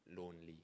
lonely